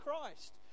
christ